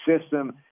system